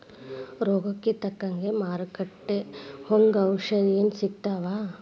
ರೋಗಕ್ಕ ತಕ್ಕಂಗ ಮಾರುಕಟ್ಟಿ ಒಂಗ ಔಷದೇನು ಸಿಗ್ತಾವ